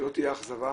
שלא תהיה אכזבה,